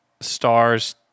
stars